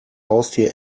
haustier